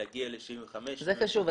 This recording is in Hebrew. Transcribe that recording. להגיע ל-75 --- זה חשוב.